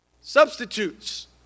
Substitutes